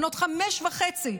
בנות חמש וחצי,